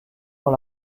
dans